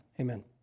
amen